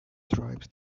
tribes